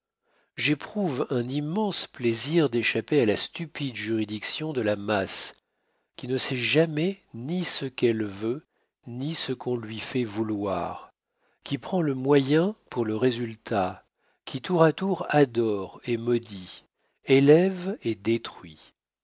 j'éprouve un immense plaisir d'échapper à la stupide juridiction de la masse qui ne sait jamais ni ce qu'elle veut ni ce qu'on lui fait vouloir qui prend le moyen pour le résultat qui tour à tour adore et maudit élève et détruit